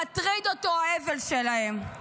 מטריד אותו האבל שלהם.